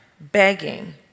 begging